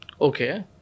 Okay